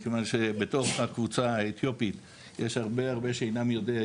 מכיוון שבתוך הקבוצה האתיופית יש הרבה הרבה שאינם יודעי